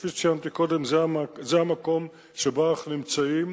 וכפי שציינתי קודם, זה המקום שבו אנחנו נמצאים.